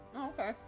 Okay